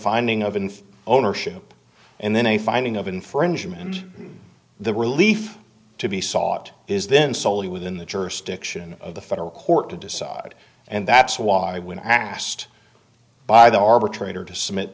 finding of an ownership and then a finding of infringement the relief to be sought is then soley within the jurisdiction of the federal court to decide and that's why when asked by the arbitrator to submit